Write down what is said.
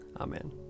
Amen